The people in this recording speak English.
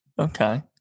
Okay